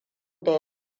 da